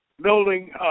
building